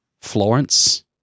Florence